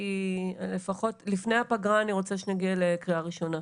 כי לפחות לפני הפגרה אני רוצה שנגיע לקריאה ראשונה.